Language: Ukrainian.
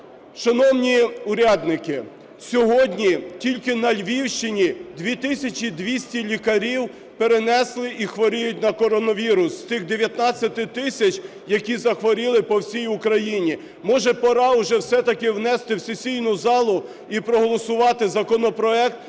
Шановні урядники, сьогодні тільки на Львівщині 2 тисячі 200 лікарів перенесли і хворіють на коронавірус з тих 19 тисяч, які захворіли по всій Україні. Може, пора уже все-таки внести в сесійну залу і проголосувати законопроект